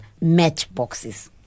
matchboxes